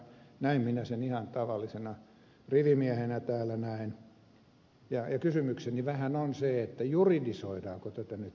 näin minä sen ihan tavallisena rivimiehenä täällä näen ja kysymykseni vähän on se juridisoidaanko tätä nyt liikaa